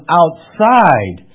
outside